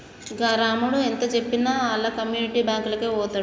గా రామడు ఎంతజెప్పినా ఆళ్ల కమ్యునిటీ బాంకులకే వోతడు